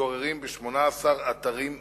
ומתגוררים ב-18 אתרים זמניים.